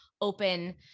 open